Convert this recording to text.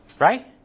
right